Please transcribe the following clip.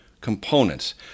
components